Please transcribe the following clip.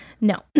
No